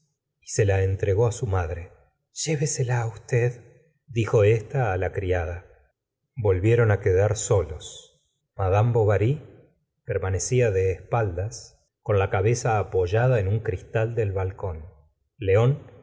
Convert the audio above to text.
y se la entregó á su madre llévesela usted dijo ésta á la criada volvieron quedar solos mad bovary permanecía de espaldas con la cabeza apoyada en un cristal del balcón león